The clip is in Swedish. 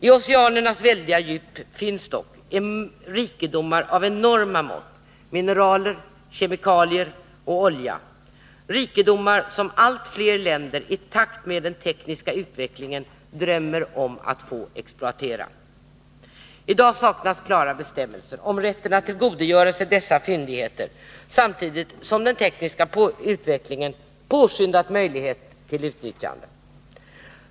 I oceanernas väldiga djup finns dock rikedomar av enorma mått: mineralier och kemikalier liksom olja — rikedomar som allt fler länder i takt med den tekniska utvecklingen drömmer om att få exploatera. I dag saknas klara bestämmelser om rätten att tillgodogöra sig dessa fyndigheter samtidigt som den tekniska utvecklingen påskyndar möjligheten till utnyttjande.